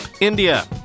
India